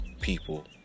people